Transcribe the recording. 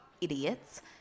idiots